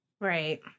right